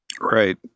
Right